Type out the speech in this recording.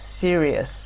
serious